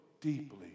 deeply